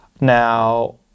Now